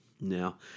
Now